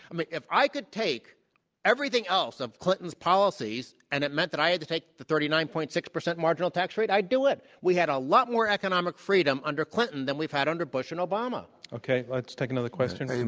i mean, if i could take everything else of clinton's policies and it meant that i had to take the thirty nine. six percent marginal tax rate, i'd do it. we had a lot more economic freedom under clinton than we've had under bush and obama. okay. let's take another question um